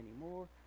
anymore